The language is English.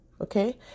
Okay